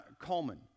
Coleman